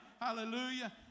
Hallelujah